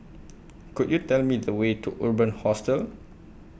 Could YOU Tell Me The Way to Urban Hostel